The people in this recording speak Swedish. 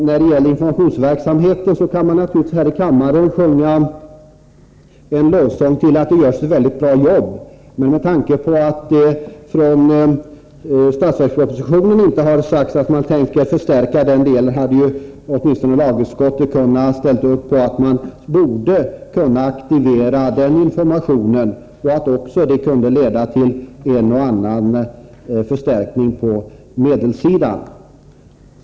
När det gäller informationsverksamheten kan man naturligtvis här i kammaren sjunga en lovsång till att det görs ett mycket bra jobb, men med tanke på att det i budgetpropositionen inte har sagts något om en förstärkning av den delen hade lagutskottet åtminstone kunnat gå med på att aktivera informationsverksamheten, vilket skulle kunna leda till en och annan förstärkning på medelssidan.